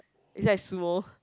is like sumo